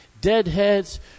deadheads